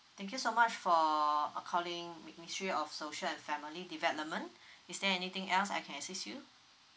thank you so much for uh calling mi~ ministry of social and family development is there anything else I can assist you